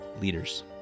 leaders